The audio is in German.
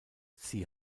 sie